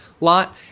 lot